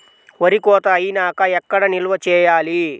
వరి కోత అయినాక ఎక్కడ నిల్వ చేయాలి?